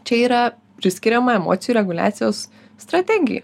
čia yra priskiriama emocijų reguliacijos strategija